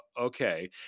okay